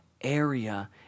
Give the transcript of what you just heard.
area